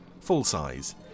full-size